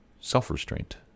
self-restraint